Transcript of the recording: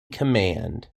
command